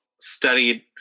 studied